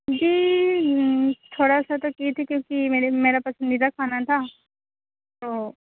جی تھوڑا سا تو کی تھی کیوںکہ میری میرا پسندیدہ کھانا تھا تو